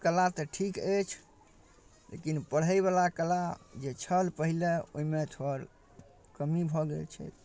कला तऽ ठीक अछि लेकिन पढ़ैवला कला जे छल पहिले ओहिमे थोड़ कमी भऽ गेल छै